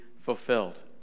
fulfilled